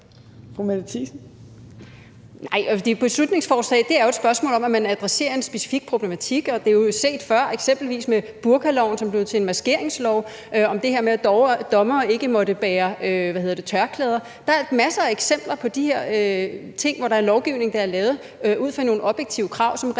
et beslutningsforslag er jo et spørgsmål om, at man adresserer en specifik problematik. Og det er jo set før, f.eks. med burkaloven, som blev til en maskeringslov, i forhold til det her med, at dommere ikke måtte bære tørklæde. Der er masser af eksempler på de her ting, hvor det er lovgivning, der er lavet ud fra nogle objektive krav, som reelt set